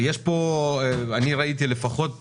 ויש פה, אני ראיתי לפחות 3,